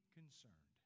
concerned